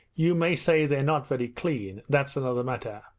you may say they're not very clean that's another matter.